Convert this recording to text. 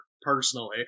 personally